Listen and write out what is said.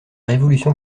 révolution